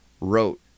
wrote